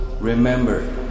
Remember